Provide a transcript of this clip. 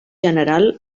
general